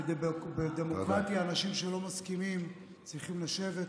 ובדמוקרטיה אנשים שלא מסכימים צריכים לשבת,